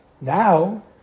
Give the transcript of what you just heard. Now